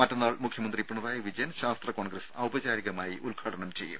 മറ്റന്നാൾ മുഖ്യമന്ത്രി പിണറായി വിജയൻ ശാസ്ത്ര കോൺഗ്രസ് ഔപചാരികമായി ഉദ്ഘാടനം ചെയ്യും